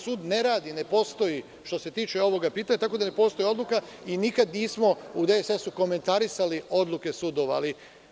Sud ne radi, ne postoji, što se tiče ovog pitanja, tako da ne postoji odluka, i nikad nismo u DSS komentarisali odluke sudova.